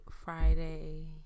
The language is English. Friday